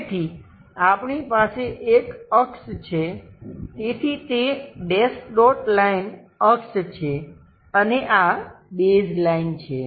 તેથી આપણી પાસે એક અક્ષ છે તેથી તે ડેશ ડોટ લાઈન અક્ષ છે અને આ બેઝલાઈન છે